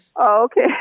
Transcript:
Okay